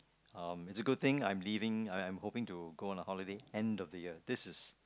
um it's a good thing I'm leaving I I'm hoping to go on a holiday end of the year this is